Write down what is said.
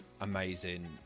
amazing